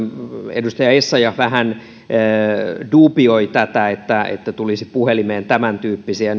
edustaja essayah vähän duubioi tätä että että tulisi puhelimeen tämäntyyppisiä